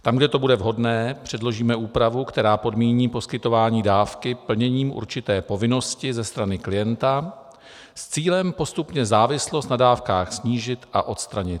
Tam, kde to bude vhodné, předložíme úpravu, která podmíní poskytování dávky plněním určité povinnosti ze strany klienta s cílem postupně závislost na dávkách snížit a odstranit.